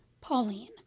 Pauline